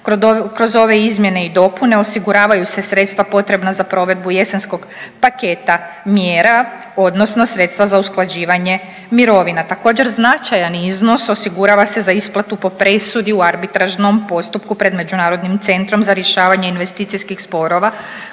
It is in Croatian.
Kroz ove izmjene i dopune osiguravaju se sredstva potrebna za provedbu jesenskog paketa mjera odnosno sredstva za usklađivanje mirovina. Također značajan iznos osigurava se za isplatu po presudi u arbitražnom postupku pred Međunarodnim centrom za rješavanje investicijskih sporova